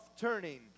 turning